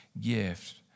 gift